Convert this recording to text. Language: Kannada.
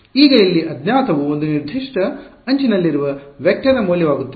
ಈಗ ಇಲ್ಲಿ ಅಜ್ಞಾತವು ಒಂದು ನಿರ್ದಿಷ್ಟ ಅಂಚಿನಲ್ಲಿರುವ ವೆಕ್ಟರ್ನ ಮೌಲ್ಯವಾಗುತ್ತದೆ